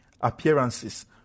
appearances